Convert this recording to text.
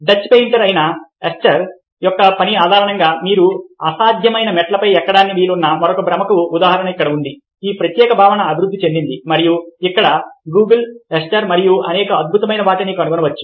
Dutch painter అయిన Escher యొక్క పని ఆధారంగా మీరు అసాధ్యమైన మెట్లపై ఎక్కడానికి వీలున్న మరొక భ్రమకు ఉదాహరణ ఇక్కడ ఉంది ఈ ప్రత్యేక భావన అభివృద్ధి చెందింది మరియు మీరు మళ్లీ Google escher మరియు అనేక అద్భుతమైన వాటిని కనుగొనవచ్చు